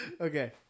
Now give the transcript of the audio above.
Okay